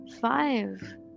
Five